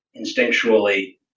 instinctually